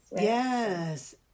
yes